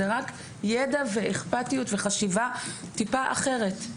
זה רק ידע ואכפתיות וחשיבה טיפה אחרת.